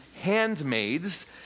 handmaids